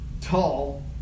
tall